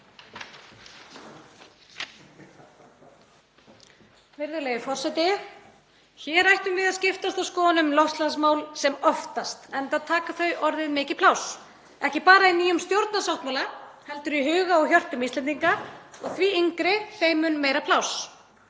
Virðulegi forseti. Hér ættum við að skiptast á skoðunum um loftslagsmál sem oftast, enda taka þau orðið mikið pláss, ekki bara í nýjum stjórnarsáttmála heldur í huga og hjörtum Íslendinga og því yngri, þeim mun meira pláss.